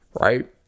right